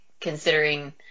considering